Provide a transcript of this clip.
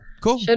Cool